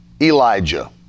Elijah